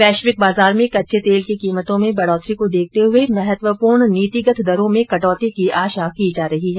वैश्विक बाजार में कच्चे तेल की कीमतों में बढ़ोतरी को देखते हुए महत्वपूर्ण नीतिगत दरों में कटौती की आशा की जा रही है